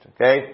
okay